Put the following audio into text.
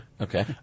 Okay